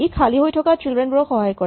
ই খালী হৈ থকা চিল্ড্ৰেন বোৰক সহায় কৰে